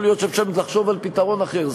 יכול להיות שאפשר לחשוב על פתרון אחר,